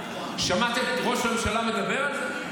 שמעתם את ראש הממשלה מדבר על זה?